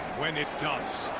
when it does.